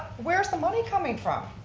where's the money coming from?